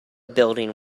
building